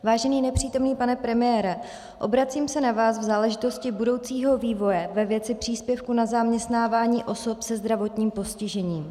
Vážený nepřítomný pane premiére, obracím se na vás v záležitosti budoucího vývoje ve věci příspěvku na zaměstnávání osob se zdravotním postižením.